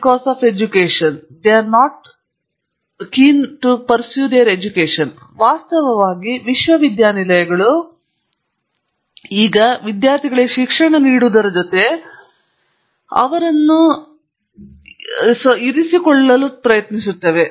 ವಾಸ್ತವವಾಗಿ ವಿಶ್ವವಿದ್ಯಾನಿಲಯಗಳು ಈಗ ವಿದ್ಯಾರ್ಥಿಗಳಿಗೆ ಶಿಕ್ಷಣ ನೀಡುವುದರ ಜೊತೆಗೆ ಅವುಗಳನ್ನು ಇರಿಸುವುದರೊಂದಿಗೆ ಮಾತ್ರ ಹೊರೆಯಲ್ಪಟ್ಟಿದೆ